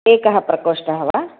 एकः प्रकोष्ठः वा